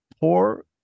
poor